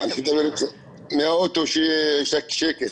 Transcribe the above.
אני מדבר אתכם מהאוטו, שיהיה קצת שקט.